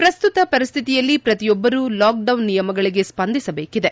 ಪ್ರಸ್ತುತ ಪರಿಸ್ಥಿತಿಯಲ್ಲಿ ಪ್ರತಿಯೊಬ್ಲರು ಲಾಕ್ ಡೌನ್ ನಿಯಮಗಳಿಗೆ ಸ್ವಂದಿಸಬೇಕಿದೆ